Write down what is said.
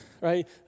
right